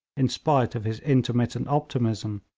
in spite of his intermittent optimism,